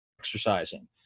Exercising